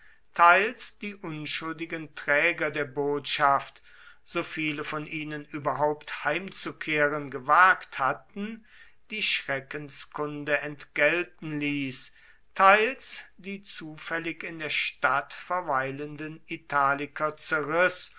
teils die unschuldigen träger der botschaft so viele von ihnen überhaupt heimzukehren gewagt hatten die schreckenskunde entgelten ließ teils die zufällig in der stadt verweilenden italiker